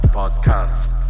podcast